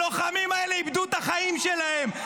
הלוחמים האלה איבדו את החיים שלהם,